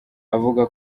avuga